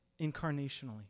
incarnationally